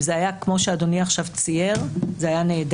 אם זה היה מתנהל כמו שאדוני צייר עכשיו זה היה נהדר,